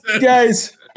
guys